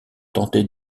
tenter